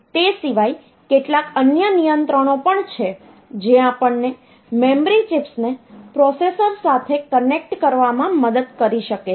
હવે તે સિવાય કેટલાક અન્ય નિયંત્રણો પણ છે જે આપણને મેમરી ચિપ્સને પ્રોસેસર સાથે કનેક્ટ કરવામાં મદદ કરી શકે છે